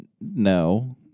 No